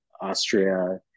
Austria